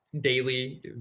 daily